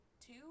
two